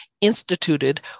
instituted